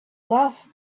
love